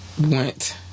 went